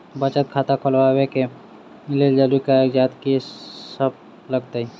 बचत खाता खोलाबै कऽ लेल जरूरी कागजात की सब लगतइ?